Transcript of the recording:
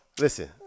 listen